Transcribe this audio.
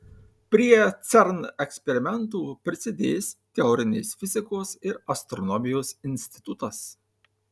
prie cern eksperimentų prisidės teorinės fizikos ir astronomijos institutas